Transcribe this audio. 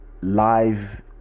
live